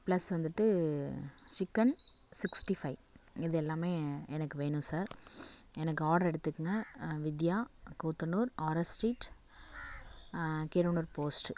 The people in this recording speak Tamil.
பிளஸ் வந்துட்டு சிக்கன் சிக்ஸ்ட்டி ஃபைவ் இது எல்லாமே எனக்கு வேணும் சார் எனக்கு ஆர்ட்ரு எடுத்துக்கோங்க Vidya Koothanur R S street Keeranur post